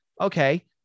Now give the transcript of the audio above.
okay